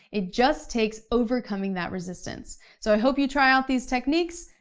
it just takes overcoming that resistance, so i hope you try out these techniques.